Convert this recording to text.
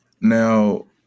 Now